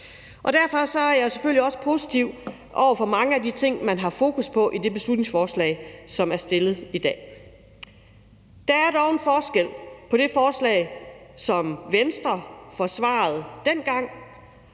Derfor er jeg selvfølgelig også positiv overfor mange af de ting, man har fokus på i det beslutningsforslag, som er fremsat i dag. Der er dog en forskel på det forslag, som Venstre forsvar dengang,